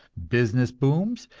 business booms,